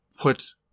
put